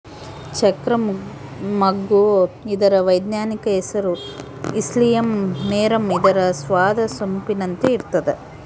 ಚಕ್ರ ಮಗ್ಗು ಇದರ ವೈಜ್ಞಾನಿಕ ಹೆಸರು ಇಲಿಸಿಯಂ ವೆರುಮ್ ಇದರ ಸ್ವಾದ ಸೊಂಪಿನಂತೆ ಇರ್ತಾದ